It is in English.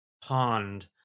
pond